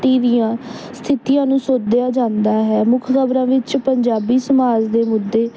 T ਦੀਆਂ ਸਥਿੱਤੀਆਂ ਨੂੰ ਸੋਧਿਆ ਜਾਂਦਾ ਹੈ ਮੁੱਖ ਖ਼ਬਰਾਂ ਵਿੱਚ ਪੰਜਾਬੀ ਸਮਾਜ ਦੇ ਮੁੱਦੇ